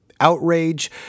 outrage